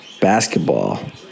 basketball